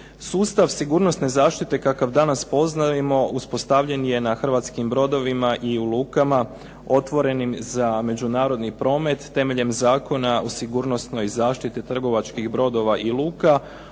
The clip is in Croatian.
Sustav sigurnosne zaštite kakav danas poznajemo uspostavljen je na hrvatskim brodovima i u lukama otvorenim za međunarodni promet temeljem Zakona o sigurnosnoj zaštiti trgovačkih brodova i luka